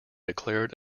declared